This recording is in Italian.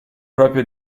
proprio